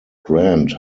grant